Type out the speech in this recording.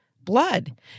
blood